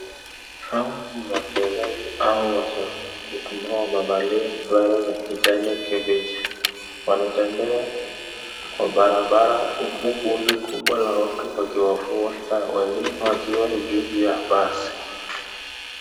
Hawa ni wachezaji au washabiki ambao wamevalia sare za kijanikibichi. Wanatembea kwa barabara huku kundi kubwa la watu wakiwafuata, wengine wakiwa juu ya basi.